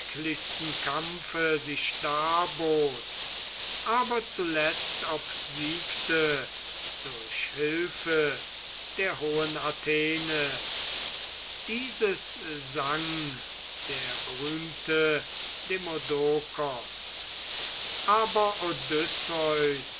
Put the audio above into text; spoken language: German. kampfe sich darbot aber zuletzt obsiegte durch hilfe der hohen athene dieses sang der berühmte demodokos aber